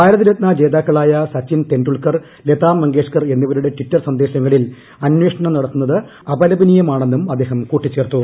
ഭാരത രത്ന ജേതാക്കളായ സച്ചിൻ ടെൻഡുൽക്കർ ലതാ മങ്കേഷ്ക്കർ എന്നിവരുടെ ട്വിറ്റർ സന്ദേശങ്ങളിൽ അന്വേഷണം നടത്തുന്നത് അപലപനീയമാണെന്നും അദ്ദേഹം കൂട്ടിച്ചേർത്തു